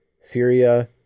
Syria